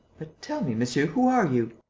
but, tell me, monsieur, who are you?